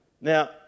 Now